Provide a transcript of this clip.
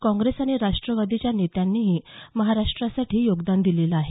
काँग्रेस आणि राष्ट्रवादीच्या नेत्यांनीही महाराष्ट्रासाठी योगदान दिलेलं आहे